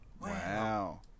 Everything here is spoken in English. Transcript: Wow